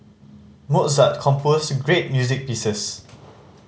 Mozart composed great music pieces